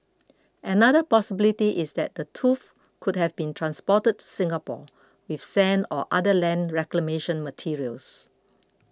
another possibility is that the tooth could have been transported to Singapore with sand or other land reclamation materials